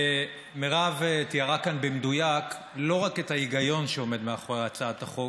מירב תיארה כאן במדויק לא רק את ההיגיון שעומד מאחורי הצעת החוק,